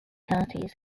counties